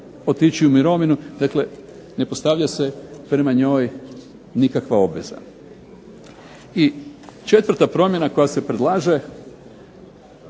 otići u mirovinu. Dakle, ne postavlja se prema njoj nikakva obveza. I četvrta promjena koja se predlaže,